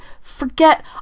forget